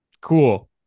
cool